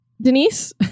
Denise